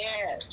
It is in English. Yes